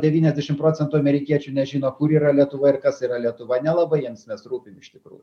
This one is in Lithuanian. devyniasdešim procentų amerikiečių nežino kur yra lietuva ir kas yra lietuva nelabai jiems mes rūpim iš tikrųjų